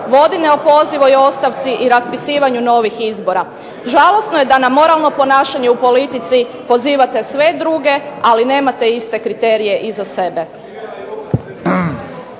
vodi neopozivoj ostavci i raspisivanju novih izbora. Žalosno je da na moralno ponašanje u politici pozivate sve druge, ali nemate iste kriterije i za sebe.